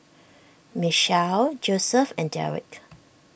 Michaele Joseph and Darrick